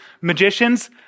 magicians